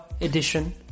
edition